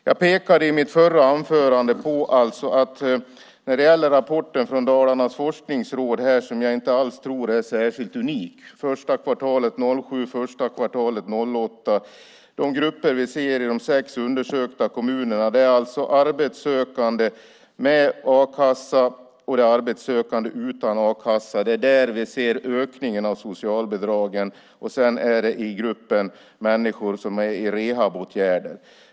Jag pekade i mitt förra anförande på rapporten från Dalarnas forskningsråd. Jag tror inte alls att den är särskilt unik. Det gäller första kvartalet år 2007 och första kvartalet år 2008. De grupper vi ser i de sex undersökta kommunerna är arbetssökande med a-kassa och arbetssökande utan a-kassa. Det är där vi ser ökningen av socialbidragen. Det gäller också gruppen människor som är i rehabåtgärder.